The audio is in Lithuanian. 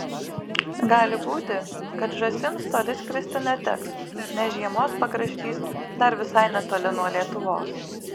gali būti kad žąsims toli skristi neteks nes žiemos pakraštys dar visai netoli nuo lietuvos